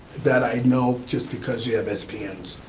that i know just because you have s p n's.